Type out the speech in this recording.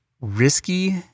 risky